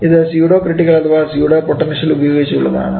ഇത് pseudo critical അഥവാ pseudo potential ഉപയോഗിച്ച് ഉള്ളതാണ്